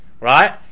Right